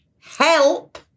help